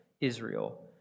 Israel